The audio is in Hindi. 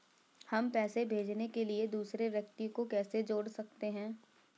हम पैसे भेजने के लिए दूसरे व्यक्ति को कैसे जोड़ सकते हैं?